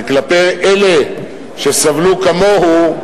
וכלפי אלה שסבלו כמוהו,